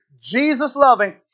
Jesus-loving